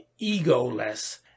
egoless